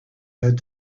had